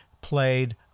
played